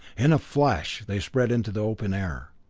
in a flash they sped into the open air,